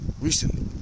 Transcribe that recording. Recently